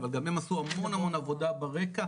אבל גם הם עשו המון המון עבודה ברקע,